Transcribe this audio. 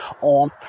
on